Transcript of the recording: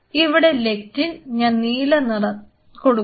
ഇവിടെ ലെക്റ്റിന് ഞാൻ നീലനിറം കൊടുക്കുന്നു